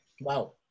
wow